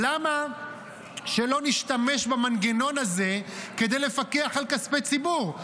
למה שלא נשתמש במנגנון הזה כדי לפקח על כספי ציבור?